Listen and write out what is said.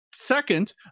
Second